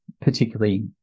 particularly